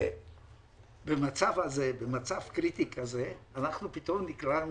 במצב קריטי כזה אנחנו פתאום נקלענו